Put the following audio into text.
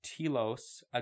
telos